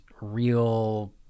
real